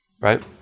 right